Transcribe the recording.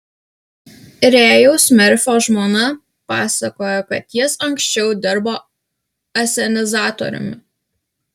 rėjaus merfio žmona pasakojo kad jis anksčiau dirbo asenizatoriumi